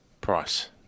Price